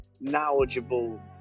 knowledgeable